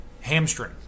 Hamstring